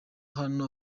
hano